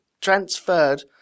transferred